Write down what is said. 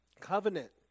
Covenant